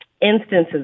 instances